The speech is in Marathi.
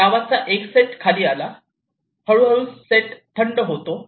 लावाचा एक सेट खाली आला हळूहळू सेट थंड होतो